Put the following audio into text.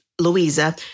Louisa